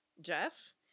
Jeff